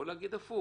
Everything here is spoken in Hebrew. או להגיד הפוך